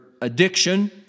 addiction